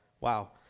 wow